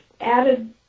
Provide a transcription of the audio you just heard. added